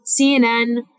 CNN